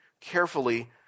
carefully